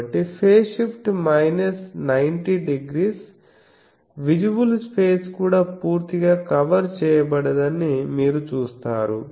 కాబట్టి phase shift minus 90 degree visible space కూడా పూర్తిగా కవర్ చేయబడదని మీరు చూస్తారు